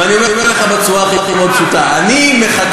אבל אני אומר לך בצורה הכי פשוטה: אני מחכה